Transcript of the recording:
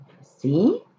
See